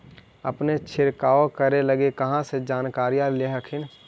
अपने छीरकाऔ करे लगी कहा से जानकारीया ले हखिन?